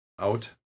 out